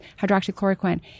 hydroxychloroquine